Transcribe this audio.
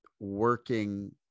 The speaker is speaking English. working